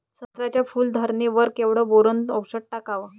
संत्र्याच्या फूल धरणे वर केवढं बोरोंन औषध टाकावं?